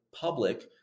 public